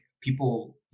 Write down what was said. People